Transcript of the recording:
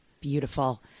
Beautiful